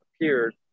appeared